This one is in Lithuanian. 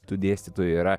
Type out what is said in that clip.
tų dėstytojų yra